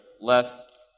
less